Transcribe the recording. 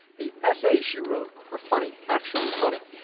the essays she wrote are funny. actually funny.